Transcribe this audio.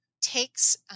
takes